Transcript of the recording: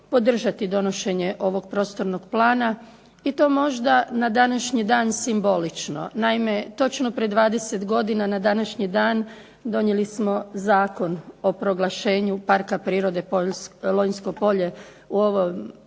podržati donošenje ovog prostornog plana i to možda na današnji dan simbolično. Naime, točno prije 20 godina na današnji dan donijeli smo Zakon o proglašenju Parka prirode Lonjsko polje u ovom